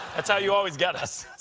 that's how you always get us.